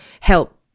help